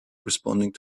responding